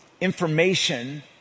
information